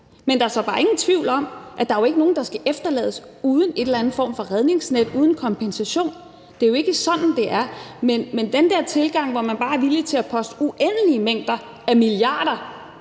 Men der er så bare ingen tvivl om, at der ikke er nogen, der skal efterlades uden en eller anden form for redningsnet, uden kompensation. Det er jo ikke sådan, det er, men hvad angår den der tilgang, hvor man bare er villig til at poste uendelig mange milliarder